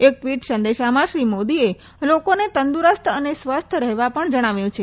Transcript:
એક ટવીટ સંદેશમાં શ્રી મોદીએ લોકોને તંદુરસ્ત અને સ્વસ્થ રહેવા પણ જણાવ્યું છે